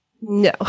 No